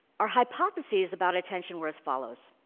our hypotheses about attention were as follows